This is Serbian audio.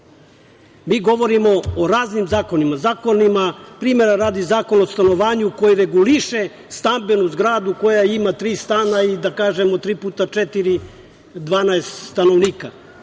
Mi govorimo o raznim zakonima. Primera radi, Zakon o stanovanju koji reguliše i stambenu zgradu koja ima tri stana i, da kažemo, tri puta četiri, dvanaest stanovnika.